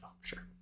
Sure